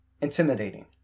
Intimidating